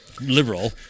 liberal